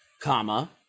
comma